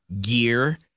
gear